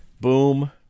boom